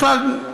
בכלל,